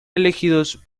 elegidos